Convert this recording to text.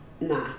nah